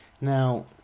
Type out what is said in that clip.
Now